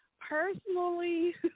personally